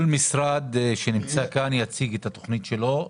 משרד שנמצא כאן יציג את התכנית שלו.